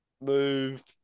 move